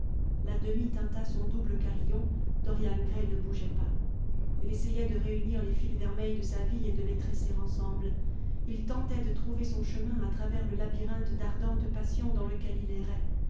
la demie tinta son double carillon dorian gray ne bougeait pas il essayait de réunir les fils vermeils de sa vie et de les tresser ensemble il tentait de trouver son chemin à travers le labyrinthe d'ardente passion dans lequel il